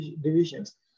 divisions